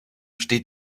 steht